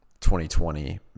2020